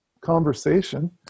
conversation